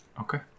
Okay